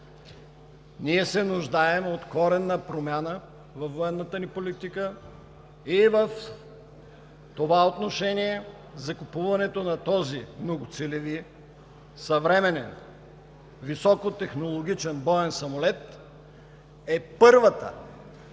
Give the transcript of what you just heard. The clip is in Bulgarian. Ние се нуждаем от коренна промяна във военната ни политика и в това отношение закупуването на този многоцелеви съвременен високотехнологичен боен самолет е първата